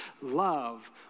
love